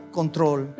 control